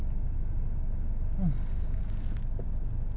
takde limit shiok sia aku all the way sia aku buat ini